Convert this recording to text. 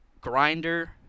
grinder